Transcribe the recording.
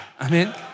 Amen